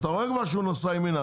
אתה רואה כבר שהוא נסע ימינה,